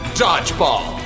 dodgeball